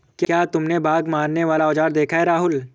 क्या तुमने बाघ मारने वाला औजार देखा है राहुल?